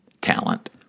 talent